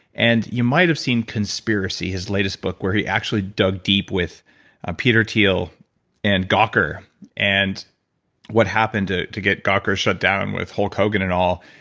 and you might have seen conspiracy, his latest book, where he actually dug deep with ah peter thiel and gawker and what happened to to get gawker shut down with hulk hogan and all,